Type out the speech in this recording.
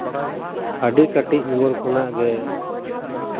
ᱟᱹᱰᱤ ᱠᱟᱹᱴᱤᱡ ᱩᱢᱮᱨ ᱠᱷᱚᱱᱟᱜ ᱜᱮ